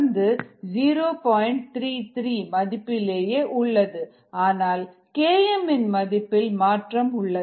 33 மதிப்பிலேயே உள்ளது ஆனால்km இன் மதிப்பில் மாற்றம் உள்ளது